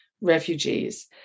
refugees